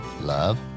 love